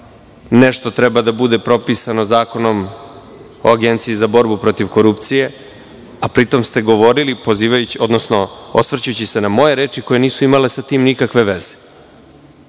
nešto treba da bude propisano Zakonom o Agenciji za borbu protiv korupcije, a pri tom ste govorili osvrćući se na moje reči koje sa tim nisu imale nikakve veze.